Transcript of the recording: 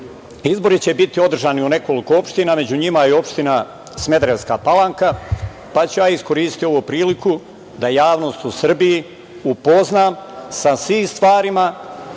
Izbori će biti održani u nekoliko opština, među njima je opština Smederevska Palanka, pa ću ja iskoristiti ovu priliku da javnost u Srbiji upoznam sa svim stvarima,